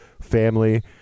family